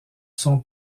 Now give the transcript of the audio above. sont